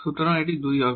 সুতরাং এটি 2 হবে